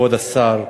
כבוד השר,